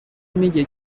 میگه